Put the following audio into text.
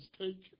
take